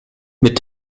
mit